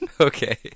Okay